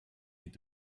est